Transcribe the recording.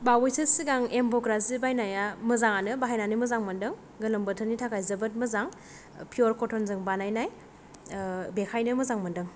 बावैसो सिगां एम बग्रा जि बायनाया मोजाङानो बाहायनानै मोजां मोनदों गोलोम बोथोरनि थाखाय जोबोद मोजां पिअर कटनजों बानायनाय बेखायनो मोजां मोनदों